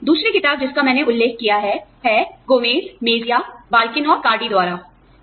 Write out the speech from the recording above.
दूसरी किताब जिसका मैंने उल्लेख किया है गोमेज़ मेजिया बाल्किन और कार्डीGomez Mejia Balkin and Cardy द्वारा